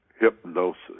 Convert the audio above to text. hypnosis